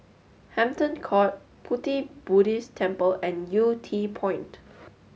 Hampton Court Pu Ti Buddhist Temple and Yew Tee Point